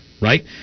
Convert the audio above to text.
right